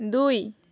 দুই